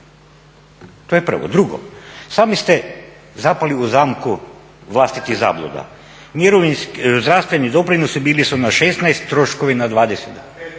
To je prvo. Drugo, sami ste zapali u zamku vlastitih zabluda. Zdravstveni doprinosi bili su na 16, troškovi na 20.